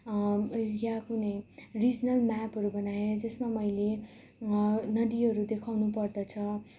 या कुनै रिजनल म्यापहरू बनाएँ जसमा मैले नदीहरू देखाउनुपर्दछ